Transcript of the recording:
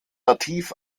nativ